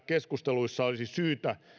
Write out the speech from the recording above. keskusteluissa olisi todella syytä